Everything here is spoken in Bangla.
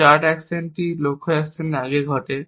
স্টার্ট অ্যাকশনটি লক্ষ্য অ্যাকশনের আগে ঘটে